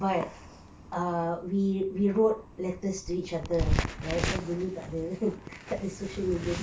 but err we we wrote letters to each other right cause dulu tak ada tak ada social media